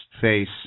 face